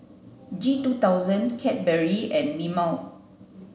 G two thousand Cadbury and Mimeo